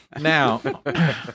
Now